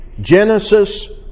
Genesis